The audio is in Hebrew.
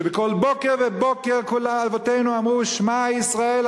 שבכל בוקר ובוקר כל אבותינו אמרו: שמע ישראל,